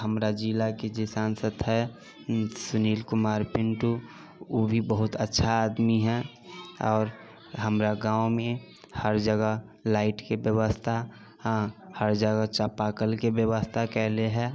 हमरा जिलाके जे सांसद है सुनील कुमार पिन्टू उ भी बहुत अच्छा आदमी है आओर हमरा गाँवमे हर जगह लाइटके व्यवस्था हर जगह चापा कलके व्यवस्था कयले है